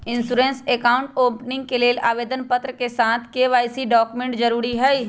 insurance account opening के लेल आवेदन पत्र के साथ के.वाई.सी डॉक्यूमेंट जरुरी हइ